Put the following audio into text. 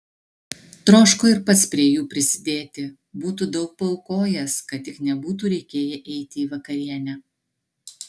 troško ir pats prie jų prisidėti būtų daug paaukojęs kad tik nebūtų reikėję eiti į vakarienę